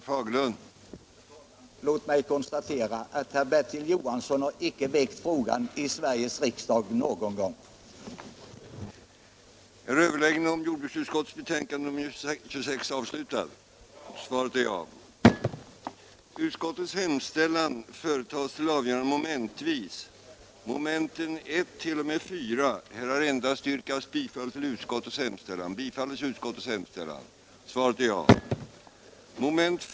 Herr talman! Låt mig bara konstatera att herr Johansson i Växjö inte någon gång har tagit upp denna fråga i Sveriges riksdag. den det ej vill röstar nej. den det ej vill röstar nej. den det ej vill röstar nej.